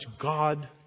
God